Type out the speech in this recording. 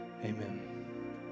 Amen